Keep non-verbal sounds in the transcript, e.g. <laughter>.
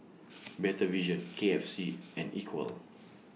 <noise> Better Vision K F C and Equal